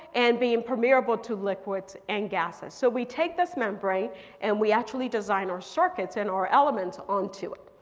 and being permeable to liquids and gasses. so we take this membrane and we actually design our circuits and our elements onto.